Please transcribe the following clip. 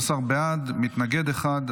11 בעד, מתנגד אחד.